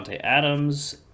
adams